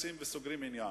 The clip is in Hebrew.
מתכנסים וסוגרים עניין.